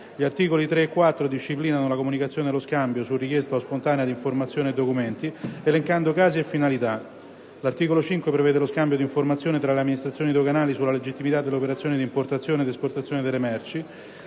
Gli articoli 3 e 4 disciplinano la comunicazione e lo scambio, su richiesta o spontanea, di informazioni e documenti, elencando casi e finalità. L'articolo 5 prevede lo scambio di informazioni tra le amministrazioni doganali sulla legittimità delle operazioni di importazione ed esportazione delle merci.